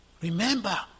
Remember